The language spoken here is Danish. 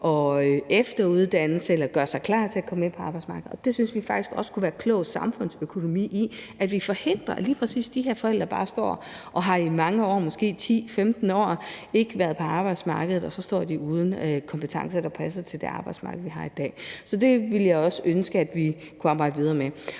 at efteruddanne sig eller gøre sig klar til at komme med på arbejdsmarkedet. Og vi synes faktisk også, at der kunne være klog samfundsøkonomi i, at vi forhindrer, at lige præcis de her forældre efter ikke at have været på arbejdsmarkedet i mange år, måske 10, 15 år, bare står uden kompetencer, der passer til det arbejdsmarked, vi har i dag. Så det ville jeg også ønske at vi kunne arbejde videre med.